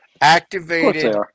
activated